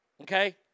okay